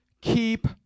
keep